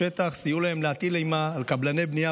בשטח סייע להם להטיל אימה על קבלני הבנייה